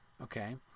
Okay